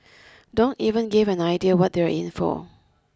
don't even give an idea what they are in for